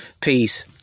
Peace